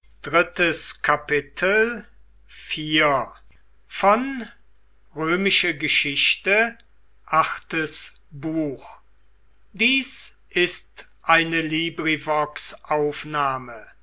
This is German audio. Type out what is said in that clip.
sind ist eine